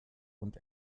und